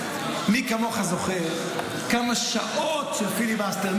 מי כמוך זוכר כמה שעות של פיליבסטר,